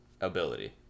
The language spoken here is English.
Ability